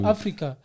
Africa